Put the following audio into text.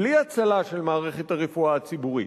בלי הצלה של מערכת הרפואה הציבורית,